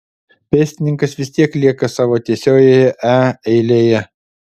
pėstininkas vis tiek lieka savo tiesiojoje e eilėje